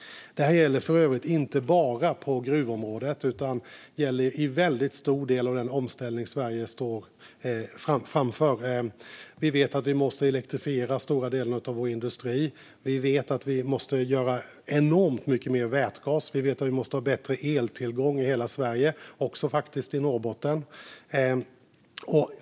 Det gäller för övrigt inte bara på gruvområdet utan också i väldigt stor del av den omställning som Sverige står inför. Vi vet att vi måste elektrifiera stora delar av vår industri. Vi måste göra enormt mycket mer vätgas. Vi måste ha bättre eltillgång i hela Sverige, faktiskt också i Norrbotten.